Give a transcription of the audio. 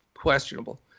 questionable